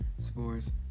sports